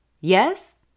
Yes